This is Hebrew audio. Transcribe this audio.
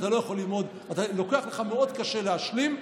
וקשה לך מאוד להשלים,